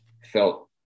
felt